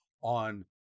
on